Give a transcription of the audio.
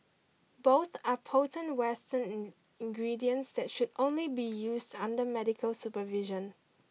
both are potent western ingredients that should only be used under medical supervision